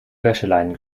wäscheleinen